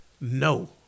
No